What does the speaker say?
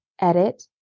edit